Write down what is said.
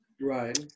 Right